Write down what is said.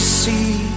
see